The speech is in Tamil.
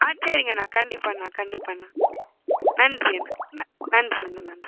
ஆ சரிங்கண்ணா கண்டிப்பாண்ணா கண்டிப்பாண்ணா நன்றிண்ணா ந நன்றிங்கண்ணா நன்றி